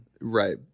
Right